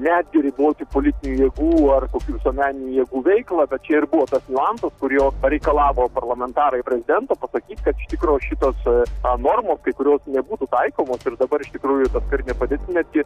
netgi riboti politinių jėgų ar kokių visuomeninių jėgų veiklą bet čia ir buvo tas niuansas kurio pareikalavo parlamentarai prezidento pasakyti kad iš tikro šitos a normos kai kurios nebūtų taikomos ir dabar iš tikrųjų ta karinė padėtis netgi